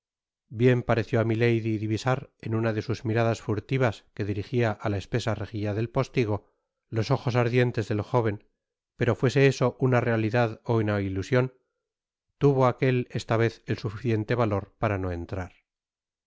bien pareció á milady divisar en una de sus miradas furtivas que dirigia á la espesa rejilla del póstigo los ojos ardientes del jóven pero fuese eso una realidad ó lina ilusion tuvo aquel esta vez el suficiente valor para no entrar